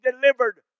delivered